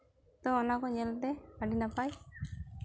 ᱛᱚ ᱚᱱᱟ ᱠᱚ ᱧᱮᱞᱛᱮ ᱟᱹᱰᱤ ᱱᱟᱯᱟᱭ